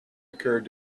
occurred